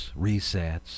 resets